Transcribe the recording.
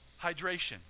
hydration